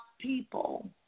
people